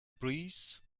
breeze